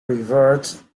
revert